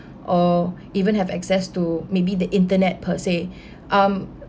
or even have access to maybe the internet per se um